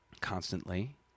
constantly